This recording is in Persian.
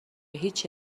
هیچی